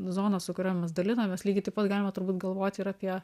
zonas su kuriom mes dalinamės lygiai taip pat galima turbūt galvot ir apie